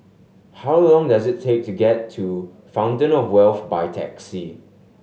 how long does it take to get to Fountain Of Wealth by taxi